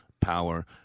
power